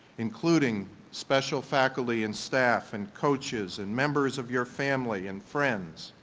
including special faculty and staff and coaches and members of your family and friends,